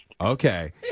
Okay